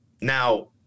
Now